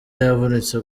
yavunitse